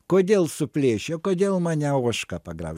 kodėl suplėšė kodėl mane ožka pagraužė